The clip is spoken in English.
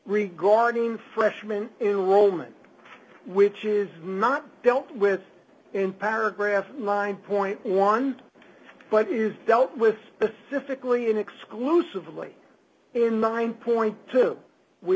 regarding freshman enrollment which is not dealt with in paragraph nine point one but is dealt with specifically in exclusively in line point two we